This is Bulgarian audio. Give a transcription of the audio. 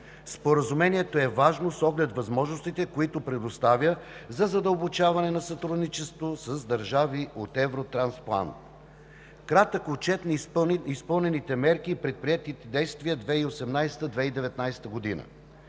Споразумението е важно с оглед възможностите, които предоставя за задълбочаване на сътрудничеството с държави от Евротрансплант. Кратък отчет на изпълнените мерки и предприетите действия през 2018 –